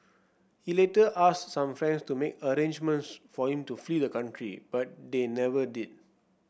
he later asked some friends to make arrangements for him to flee the country but they never did